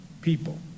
people